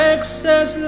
Excess